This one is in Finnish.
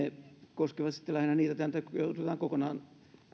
ne koskevat lähinnä niitä yrityksiä jotka joudutaan kokonaan